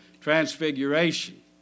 transfiguration